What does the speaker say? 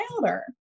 louder